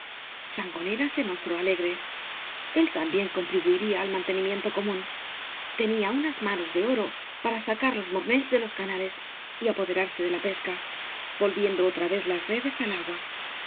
ñera se mostró alegre el también contribuirla al mantenimiento cotrúo tenía unas manos de oro para sacar los múrnells de ios canales y apoderarse de la peeca volviendo otra vez las redes al agua